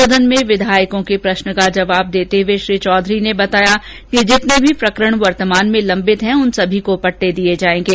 सदन में विधायकों के प्रश्न का जवाब देते हुए श्री चौधरी ने बताया कि जितने भी प्रकरण वर्तमान में लम्बित हैं उन सबको पट्टे दिये जायेंगे